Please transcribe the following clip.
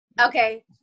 okay